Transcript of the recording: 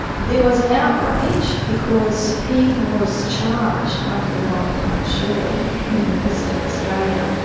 there was an outrage because he was charged under the one-punch law in western australia.